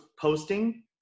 posting